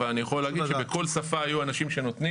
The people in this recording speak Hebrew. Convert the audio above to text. אבל אני יכול להגיד שבכל שפה היו אנשים שנותנים.